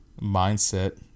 Mindset